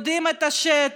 יודעים את השטח,